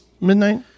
midnight